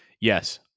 Yes